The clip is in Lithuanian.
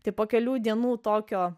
tik po kelių dienų tokio